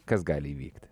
kas gali įvykt